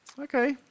okay